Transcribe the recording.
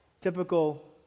Typical